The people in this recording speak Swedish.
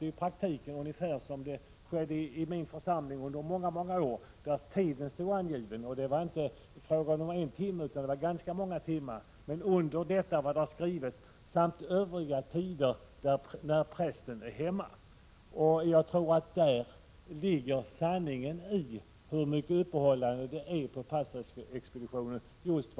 I regel fungerar det som i min församling under många år, nämligen att det först står angivet vilka tider det är öppet på pastorsexpeditionen och därunder följande text: ”samt Övriga tider när prästen är hemma”. Så är det nog även i dag på de allra flesta pastorsexpeditioner.